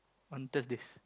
want test this